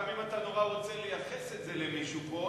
גם אם אתה נורא רוצה לייחס את זה למישהו פה,